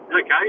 okay